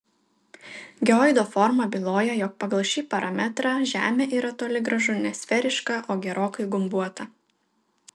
geoido forma byloja jog pagal šį parametrą žemė yra toli gražu ne sferiška o gerokai gumbuota